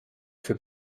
für